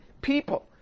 people